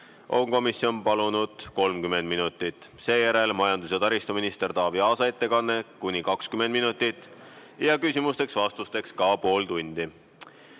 on komisjon palunud 30 minutit. Seejärel on majandus- ja taristuminister Taavi Aasa ettekanne kuni 20 minutit ja küsimusteks-vastusteks ka pool tundi.